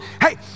Hey